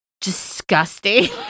disgusting